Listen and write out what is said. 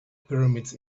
pyramids